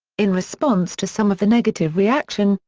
in response to some of the negative reaction,